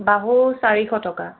বাহু চাৰিশ টকা